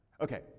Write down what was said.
Okay